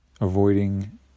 avoiding